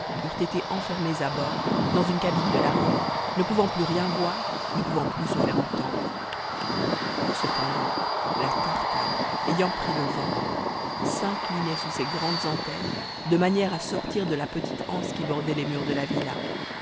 enfermées à bord dans une cabine de l'arrière ne pouvant plus rien voir ne pouvant plus se faire entendre cependant la tartane ayant pris le vent s'inclinait sous ses grandes antennes de manière à sortir de la petite anse qui bordait les murs de la villa